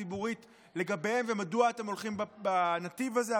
הציבורית לגביהם ומדוע אתם הולכים בנתיב הזה.